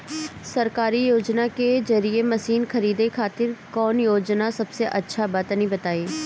सरकारी योजना के जरिए मशीन खरीदे खातिर कौन योजना सबसे अच्छा बा तनि बताई?